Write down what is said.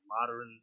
modern